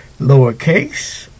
lowercase